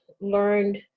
learned